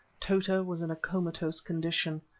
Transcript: tota was in a comatose condition.